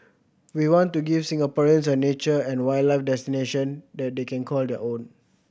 we want to give Singaporeans a nature and wildlife destination that they can call their own